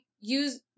use